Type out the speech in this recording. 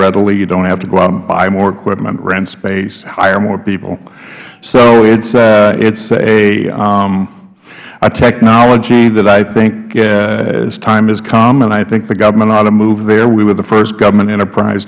readily you don't have to go out and buy more equipment rent space and hire more people so it's a technology that i think its time has come and i think the government ought to move there we were the first government enterprise